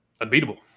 unbeatable